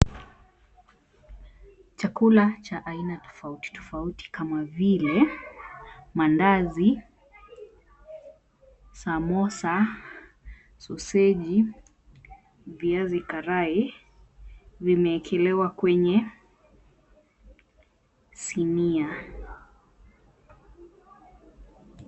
Chakula cha aina tofauti tofauti kama vile mandazi, samosa, soseji, viazi karai vimeekelewa kwenye sinia.